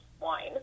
wine